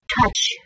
touch